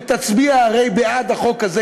ותצביע הרי בעד החוק הזה,